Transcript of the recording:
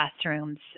classrooms